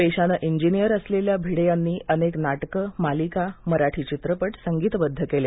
पेशानं engineer असलेल्या भिडे यांनी अनेक नाटकं मालिका मराठी चित्रपट संगीतबद्ध केले